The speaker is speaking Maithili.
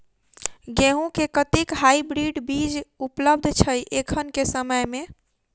गेंहूँ केँ कतेक हाइब्रिड बीज उपलब्ध छै एखन केँ समय मे?